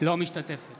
אינה משתתפת